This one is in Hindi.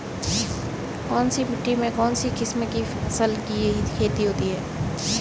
कौनसी मिट्टी में कौनसी किस्म की फसल की खेती होती है?